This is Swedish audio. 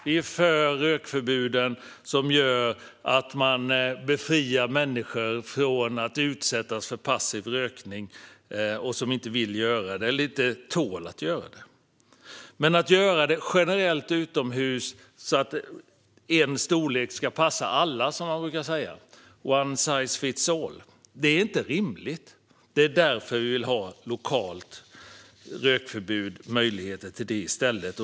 Vi är för rökförbud som gör att man befriar människor från att utsättas för passiv rökning därför att de inte vill eller inte tål att bli utsatta. Men att förbjuda rökning generellt utomhus så att en storlek ska passa alla - one size fits all - är inte rimligt. Det är därför som vi vill ha möjlighet till lokalt rökförbud i stället.